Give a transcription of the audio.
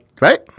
Right